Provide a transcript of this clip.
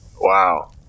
wow